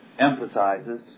emphasizes